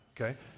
okay